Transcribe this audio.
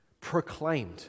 proclaimed